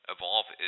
Evolve